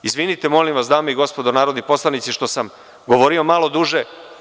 Izvinite, molim vas, dame i gospodo narodni poslanici, što sam govorio malo duže.